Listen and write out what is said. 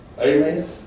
amen